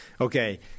okay